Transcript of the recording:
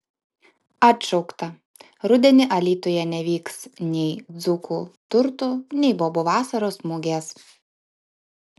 atšaukta rudenį alytuje nevyks nei dzūkų turtų nei bobų vasaros mugės